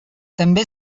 també